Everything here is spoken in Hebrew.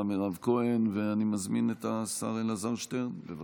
אם תרצי עוד משפט אחד, בבקשה.